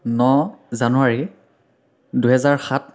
ন জানুৱাৰী দুহেজাৰ সাত